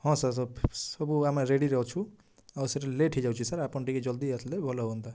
ହଁ ସାର୍ ସବୁ ଆମେ ରେଡ଼ିରେ ଅଛୁ ଆଉ ସେଠି ଲେଟ୍ ହେଇଯାଉଛି ସାର୍ ଆପଣ ଟିକେ ଜଲଦି ଆସିଲେ ଭଲ ହୁଅନ୍ତା